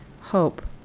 Hope